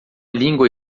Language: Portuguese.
língua